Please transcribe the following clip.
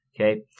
okay